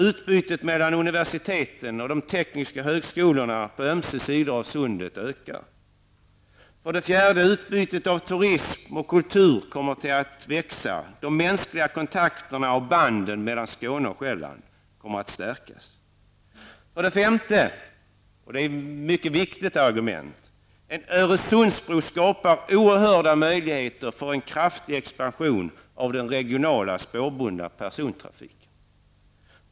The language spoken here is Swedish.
Utbytet mellan universiteten och de tekniska högskolorna på ömse sidor av sundet ökar. 4. Utbytet inom turism och kultur kommer att öka. De mänskliga kontakterna och banden mellan 5. Ett mycket viktigt argument är att en Öresundsbro skapar oerhörda möjligheter för en kraftig expansion av den regionala spårbundna persontrafiken.